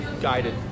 guided